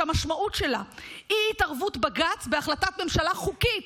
שהמשמעות שלה היא אי-התערבות בג"ץ בהחלטת ממשלה חוקית